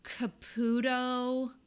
Caputo